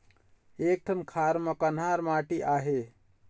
एक ठन खार म कन्हार माटी आहे?